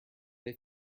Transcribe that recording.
they